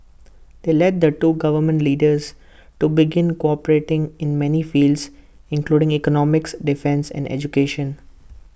they led the two government leaders to begin cooperating in many fields including economics defence and education